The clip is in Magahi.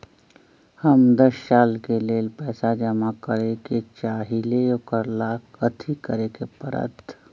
हम दस साल के लेल पैसा जमा करे के चाहईले, ओकरा ला कथि करे के परत?